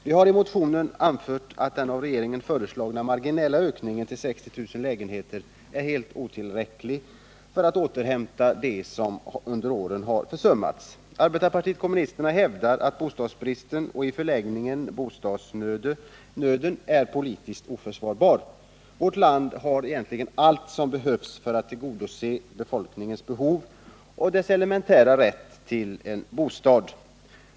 Vi har i motionen anfört att den av regeringen föreslagna marginella ökningen till 60 000 lägenheter är helt otillräcklig för att återhämta vad som under åren har försummats. Arbetarpartiet kommunisterna hävdar att bostadsbrist, och i förlängningen bostadsnöd, är politiskt oförsvarbart. Vårt land har allt som behövs för att tillgodose befolkningens behov av och elementära rätt till en bostad.